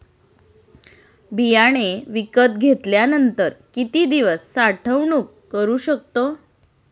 बियाणे विकत घेतल्यानंतर किती दिवस साठवणूक करू शकतो?